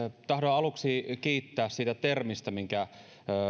tahdon aluksi kiittää siitä termistä minkä